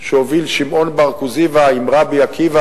שהוביל שמעון בר כוזיבא עם רבי עקיבא,